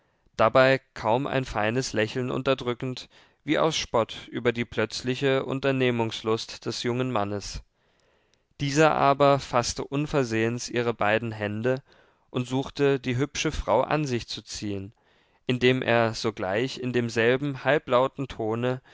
dabei kaum ein feines lächeln unterdrückend wie aus spott über die plötzliche unternehmungslust des jungen mannes dieser aber faßte unversehens ihre beiden hände und suchte die hübsche frau an sich zu ziehen indem er sogleich in demselben halblauten tone